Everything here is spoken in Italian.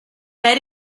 per